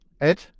Ed